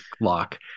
lock